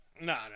no